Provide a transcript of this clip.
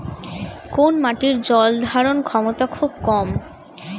কোন মাটির জল ধারণ ক্ষমতা খুব কম?